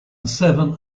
seven